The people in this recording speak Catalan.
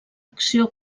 acció